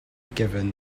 given